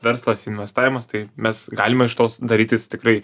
verslas investavimas tai mes galime iš tos darytis tikrai